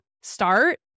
start